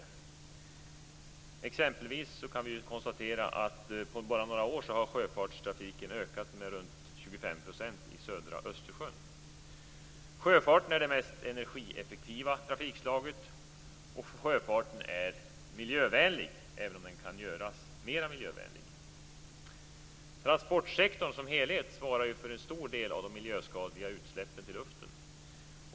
Vi kan exempelvis konstatera att sjöfartstrafiken bara på några år har ökat med omkring 25 % Sjöfarten är det mest energieffektiva trafikslaget, och sjöfarten är miljövänlig, även om den kan göras mera miljövänlig. Transportsektorn som helhet svarar ju för en stor del av de miljöskadliga utsläppen till luften.